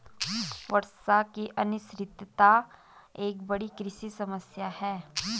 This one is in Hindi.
वर्षा की अनिश्चितता एक बड़ी कृषि समस्या है